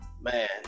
Man